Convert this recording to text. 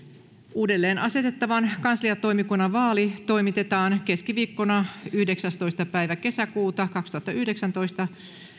uudelleen asetettavan kansliatoimikunnan vaali toimitetaan keskiviikkona yhdeksästoista kuudetta kaksituhattayhdeksäntoista